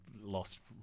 lost